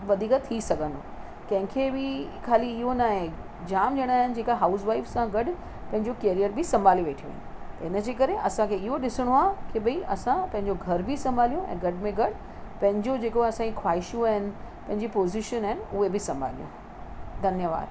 वधीक थी सघंदो कंहिंखे बि खाली इहो नाहे जाम ॼणा आहिनि जेका हाउस वाइफ़ सां गॾु पंहिंजो केरिअर बि संभाले वेठियूं आहिनि त हिनजे करे असांखे इहो ॾिसणो आहे के भई असां पंहिंजो घरि बि संभालियूं ऐं घटि में घटि पंहिंजो जेको असांजी ख़्वाहिशूं आहिनि पंहिंजी पोज़ीशन आहिनि उहे बि संभालियूं धन्यवादु